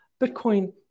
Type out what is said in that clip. Bitcoin